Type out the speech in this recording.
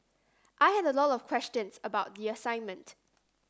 I had a lot of questions about the assignment